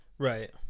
Right